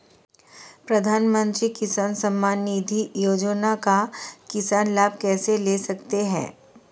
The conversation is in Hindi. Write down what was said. प्रधानमंत्री किसान सम्मान निधि योजना का किसान लाभ कैसे ले सकते हैं?